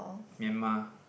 Myanmar